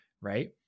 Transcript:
right